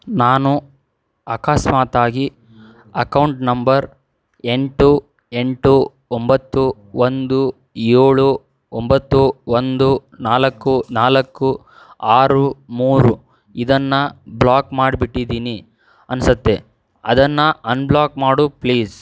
ನಾನು ಅಕಸ್ಮಾತಾಗಿ account number ಎಂಟು ಎಂಟು ಒಂಬತ್ತು ಒಂದು ಏಳು ಒಂಬತ್ತು ಒಂದು ನಾಲ್ಕು ನಾಲ್ಕು ಆರು ಮೂರು ಇದನ್ನು ಬ್ಲಾಕ್ ಮಾಡಿಬಿಟ್ಟಿದೀನಿ ಅನ್ಸುತ್ತೆ ಅದನ್ನು ಅನ್ಬ್ಲಾಕ್ ಮಾಡು ಪ್ಲೀಸ್